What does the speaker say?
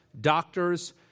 doctors